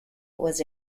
was